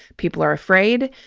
people are afraid.